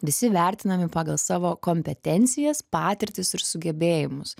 visi vertinami pagal savo kompetencijas patirtis ir sugebėjimus